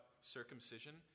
circumcision